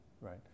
Right